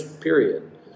period